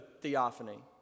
theophany